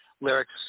lyrics